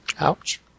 Ouch